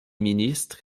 ministre